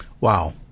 Wow